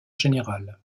général